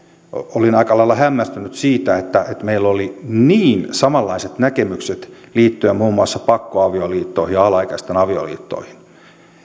olin aika lailla hämmästynyt siitä että meillä oli niin samanlaiset näkemykset liittyen muun muassa pakko avioliittoihin ja alaikäisten avioliittoihin